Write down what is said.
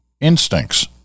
instincts